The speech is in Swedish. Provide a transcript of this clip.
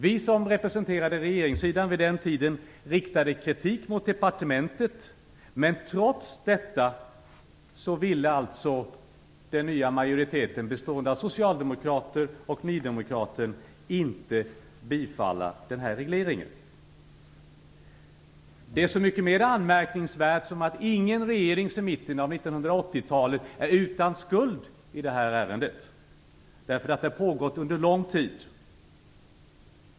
Vi som representerade regeringssidan vid den tiden riktade kritik mot departementet. Trots detta ville alltså den nya majoriteten, bestående av socialdemokrater och en nydemokrat, inte bifalla denna reglering. Det är så mycket mer anmärkningsvärt som ingen regering sedan mitten av 1980-talet är utan skuld i detta ärende. Detta har pågått under lång tid.